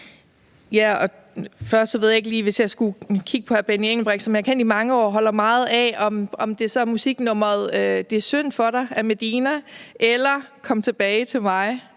Bech-Nielsen (SF): Hvis jeg skulle kigge på hr. Benny Engelbrecht, som jeg har kendt i mange år og holder meget af, og sige, om det så er musiknummeret »Det er synd for dig« af Medina eller »Kom tilbage til mig«,